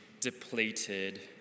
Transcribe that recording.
depleted